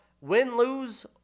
win-lose